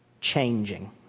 changing